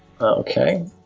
Okay